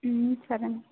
సరే